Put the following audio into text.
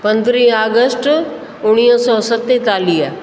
पंद्रहं अगस्त उणिवीह सौ सतेतालीह